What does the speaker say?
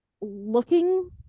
looking